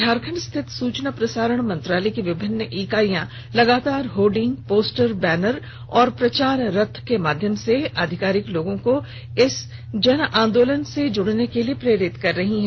झारखंड स्थित सूचना प्रसारण मंत्रालय की विभिन्न इकाइयां लगातार होर्डिंग पोस्टर बैनर और प्रचार रथ के माध्यम से अधिकाधिक लोगों को इस जन आंदोलन से जुड़ने के लिए प्रेरित कर रही हैं